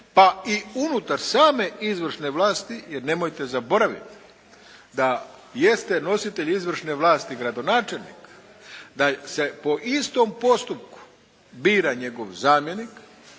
pa i unutar same izvršne vlasti jer nemojte zaboraviti da jeste nositelj izvršne vlasti gradonačelnik, da se po istom postupku bira njegovo zamjenik,